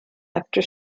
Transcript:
after